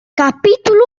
capítulo